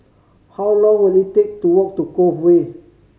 how long will it take to walk to Cove Way